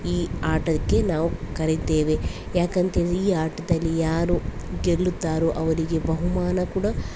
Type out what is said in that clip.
ಈ ಆಟಕ್ಕೆ ನಾವು ಕರೀತೇವೆ ಯಾಕಂತೇಳಿದರೆ ಈ ಆಟದಲ್ಲಿ ಯಾರು ಗೆಲ್ಲುತ್ತಾರೋ ಅವರಿಗೆ ಬಹುಮಾನ ಕೂಡ